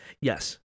Yes